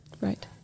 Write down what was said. Right